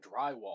drywall